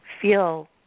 feel